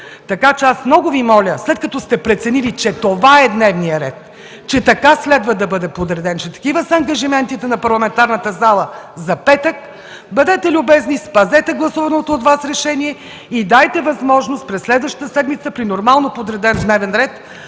законопроект. Много Ви моля, след като сте преценили, че това е дневният ред, че той трябва така да бъде подреден, че такива са ангажиментите на парламентарната зала за петък, бъдете любезни, спазете гласуваното от Вас решение и дайте възможност през следващата седмица при нормално подреден дневен ред